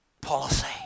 policy